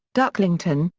ducklington,